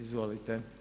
Izvolite.